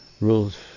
rules